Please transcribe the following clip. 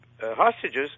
hostages